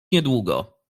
niedługo